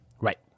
Right